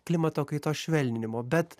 klimato kaitos švelninimo bet